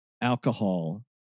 alcohol